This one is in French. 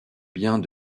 biens